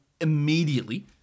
immediately